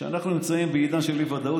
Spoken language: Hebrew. שאנחנו נמצאים בעידן של אי-ודאות,